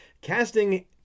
Casting